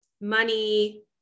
money